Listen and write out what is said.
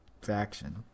faction